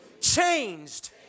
changed